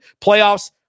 playoffs